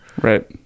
Right